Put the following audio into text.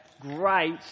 great